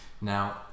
Now